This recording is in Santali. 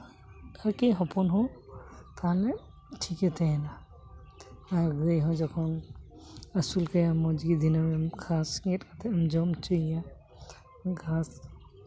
ᱟᱨᱠᱤ ᱦᱚᱯᱚᱱ ᱦᱚᱸ ᱛᱟᱦᱚᱞᱮ ᱴᱷᱤᱠᱮ ᱛᱟᱦᱮᱱᱟ ᱟᱨ ᱜᱟᱹᱭ ᱦᱚᱸ ᱡᱚᱠᱷᱚᱱ ᱟᱹᱥᱩᱞ ᱠᱟᱭᱟᱢ ᱢᱚᱡᱽᱜᱮ ᱫᱤᱱᱟᱹᱢ ᱮᱢ ᱜᱷᱟᱥ ᱜᱮᱛ ᱠᱟᱛᱮᱫ ᱮᱢ ᱡᱚᱢ ᱦᱚᱪᱚᱭᱮᱭᱟ ᱜᱷᱟᱥ